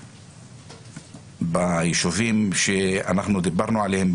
ביישובים שאנחנו דיברנו עליהם,